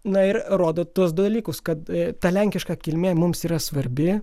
na ir rodo tuos dalykus kad ta lenkiška kilmė mums yra svarbi